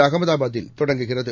அகமதாபாத்தில் தொடங்குகிறது